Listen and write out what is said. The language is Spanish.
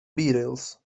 beatles